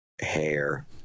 hair